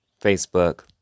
Facebook